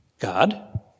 God